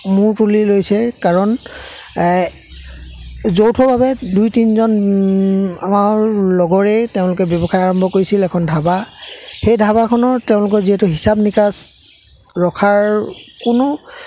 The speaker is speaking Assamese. মোৰ তুলি লৈছে কাৰণ যৌথৰ বাবে দুই তিনিজন আমাৰ লগৰেই তেওঁলোকে ব্যৱসায় আৰম্ভ কৰিছিল এখন ধাবা সেই ধাবাখনৰ তেওঁলোকৰ যিহেতু হিচাপ নিকাচ ৰখাৰ কোনো